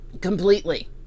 completely